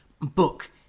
book